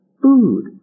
Food